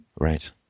Right